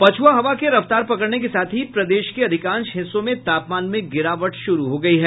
पछुआ हवा के रफ्तार पकड़ने के साथ ही प्रदेश के अधिकांश हिस्सों में तापमान में गिरावट शुरू हो गयी है